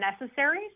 necessary